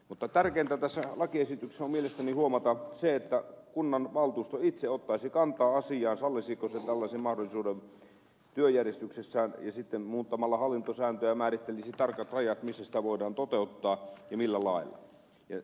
mutta tärkeintä tässä lakiesityksessä on mielestäni huomata se että kunnanvaltuusto itse ottaisi kantaa asiaan sallisiko se tällaisen mahdollisuuden työjärjestyksessään ja sitten muuttamalla hallintosääntöä määrittelisi tarkat rajat missä sitä voidaan toteuttaa ja millä lailla